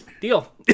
Deal